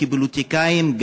גם כפוליטיקאים.